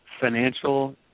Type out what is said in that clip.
financial